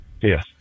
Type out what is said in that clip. Yes